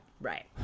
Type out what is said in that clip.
right